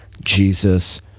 Jesus